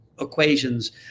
equations